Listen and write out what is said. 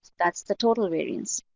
that's the total variance.